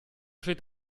steht